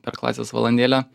per klasės valandėlę